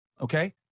Okay